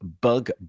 bug